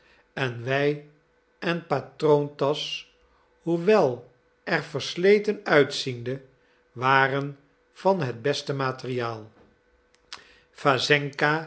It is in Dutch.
en weien patroontasch hoewel er versleten uitziende waren van het beste materiaal